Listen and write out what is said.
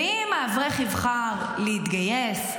ואם האברך יבחר להתגייס,